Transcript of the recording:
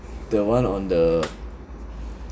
the one on the